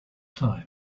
time